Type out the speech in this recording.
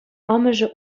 амӑшӗ